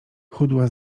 chudła